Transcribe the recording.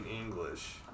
English